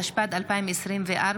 התשפ"ד 2024,